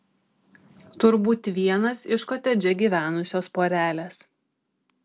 turbūt vienas iš kotedže gyvenusios porelės